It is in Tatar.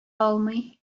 алмый